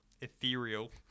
ethereal